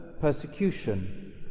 persecution